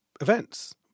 events